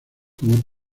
como